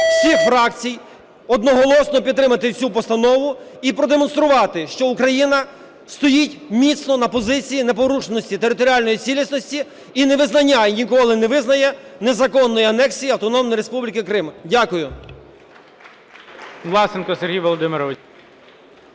всіх фракцій одноголосно підтримати цю постанову і продемонструвати, що Україна стоїть міцно на позиції непорушності територіальної цілісності і невизнання, і ніколи не визнає незаконної анексії Автономної Республіки Крим. Дякую.